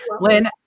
Lynn